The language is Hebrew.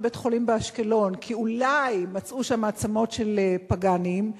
בית-חולים באשקלון כי אולי מצאו שם עצמות של פגאנים,